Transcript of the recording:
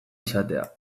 izatea